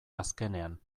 azkenean